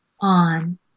on